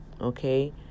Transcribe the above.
okay